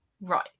Right